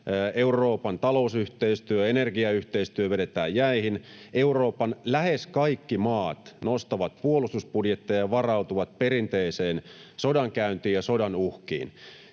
Euroopan talousyhteistyö, energiayhteistyö, vedetään jäihin. Euroopan lähes kaikki maat nostavat puolustusbudjettejaan ja varautuvat perinteiseen sodankäyntiin ja sodan uhkiin.